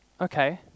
okay